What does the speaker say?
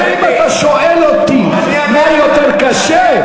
אם אתה שואל אותי מה יותר קשה,